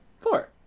Four